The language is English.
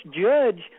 judge